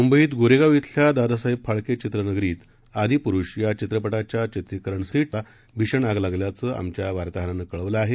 मुंबईत गोरेगाव शिल्या दादासाहेब फाळके चित्रनगरीत आदिपुरूष या चित्रपटाच्या चित्रिकरण सेटला भीषण आग लागल्याचं आमच्या वार्ताहरानं कळवलं आहे